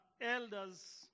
elders